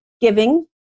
giving